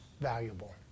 valuable